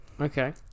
Okay